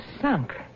sunk